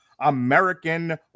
American